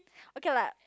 okay lah